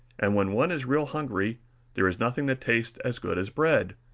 and when one is real hungry there is nothing that tastes as good as bread.